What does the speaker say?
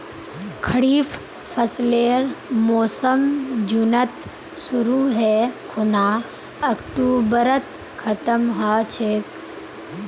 खरीफ फसलेर मोसम जुनत शुरु है खूना अक्टूबरत खत्म ह छेक